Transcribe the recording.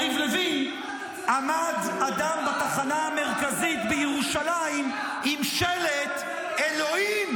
עמד בתחנה המרכזית בירושלים עם שלט "אלוהים,